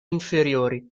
inferiori